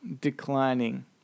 declining